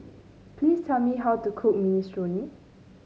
please tell me how to cook Minestrone